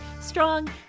strong